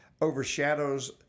overshadows